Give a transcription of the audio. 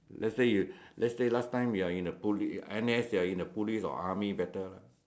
let's say you let's say last time you are in a police N_S you're in a police or army better lah